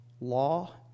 law